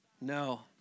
no